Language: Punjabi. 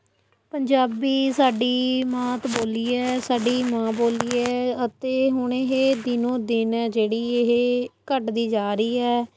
ਪੰਜਾਬੀ ਸਾਡੀ ਮਾਤ ਬੋਲੀ ਹੈ ਸਾਡੀ ਮਾਂ ਬੋਲੀ ਹੈ ਅਤੇ ਹੁਣ ਇਹ ਦਿਨੋ ਦਿਨ ਆ ਜਿਹੜੀ ਇਹ ਘੱਟਦੀ ਜਾ ਰਹੀ ਹੈ